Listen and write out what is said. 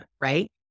right